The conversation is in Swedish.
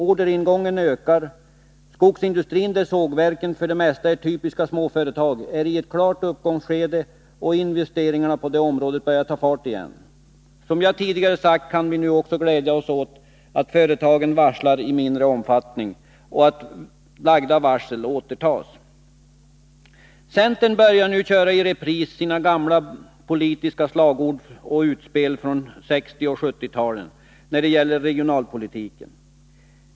Orderingången ökar. Skogsindustrin, där sågverken för det mesta är typiska småföretag, är i ett klart uppgångsskede och investeringarna på det området börjar ta fart igen. Som jag tidigare sagt, kan vi nu också glädja oss åt att företagen varslar i mindre omfattning och att lagda varsel återtas. Centern börjar nu köra i repris sina gamla politiska slagord och utspel från 1960 och 1970-talen när det gäller regionalpolitiken.